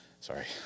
Sorry